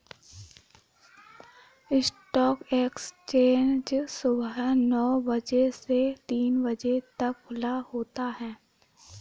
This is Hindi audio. स्टॉक एक्सचेंज सुबह नो बजे से तीन बजे तक खुला होता है